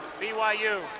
BYU